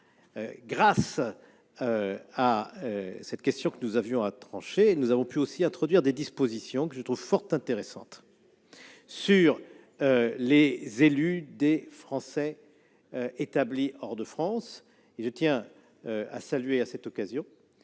de cette question que nous avions à trancher, nous avons pu aussi introduire des dispositions que je trouve fort intéressantes sur les élus des Français établis hors de France. À cet égard, je tiens à saluer la proposition